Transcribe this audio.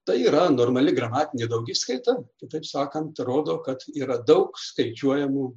tai yra normali gramatinė daugiskaita kitaip sakant rodo kad yra daug skaičiuojamų